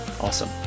awesome